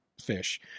fish